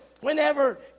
whenever